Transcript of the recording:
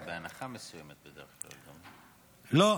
זה בהנחה מסוימת בדרך כלל, לא?